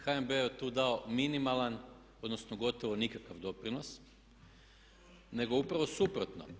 HNB je tu dao minimalan odnosno gotovo nikakav doprinos, nego upravo suprotno.